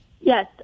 Yes